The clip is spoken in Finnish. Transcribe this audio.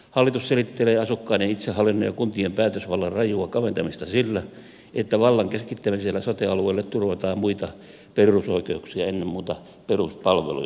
hallitus selittelee asukkaiden itsehallinnon ja kun tien päätösvallan rajua kaventamista sillä että vallan keskittämisellä sote alueelle turvataan muita perusoikeuksia ennen muuta peruspalveluja